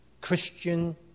Christian